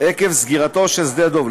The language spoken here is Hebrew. עקב סגירתו של שדה-דב.